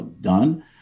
done